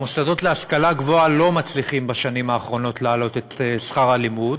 המוסדות להשכלה גבוהה לא מצליחים בשנים האחרונות להעלות את שכר הלימוד,